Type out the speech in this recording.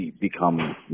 become